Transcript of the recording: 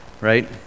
right